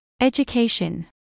education